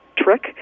trick